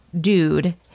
dude